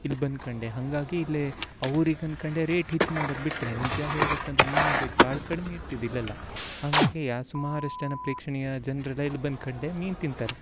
ಇದು ಬಂದ್ಕಂಡೆ ಹಾಗಾಗಿ ಇಲ್ಲೇ ಅವ್ರಿಗೆ ಅನ್ಕಂಡೆ ರೇಟ್ ಹೆಚ್ಚು ಮಾಡರ ಬಿಟ್ಟರೆ ನಿಜ ಹೇಳ್ಬೇಕೆಂದರೆ ಮೀನಿನ ರೇಟ್ ಭಾಳ್ ಕಡ್ಮಿ ಇರ್ತಿದ ಇಲ್ಲೆಲ್ಲ ಹಾಗಾಗಿ ಆ ಸುಮಾರಷ್ಟು ಜನ ಪ್ರೇಕ್ಷಣೀಯ ಜನರೆಲ್ಲ ಇಲ್ಲಿ ಬಂದ್ಕಂಡೆ ಮೀನು ತಿಂತಾರೆ